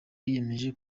yiyemeje